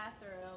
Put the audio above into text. bathroom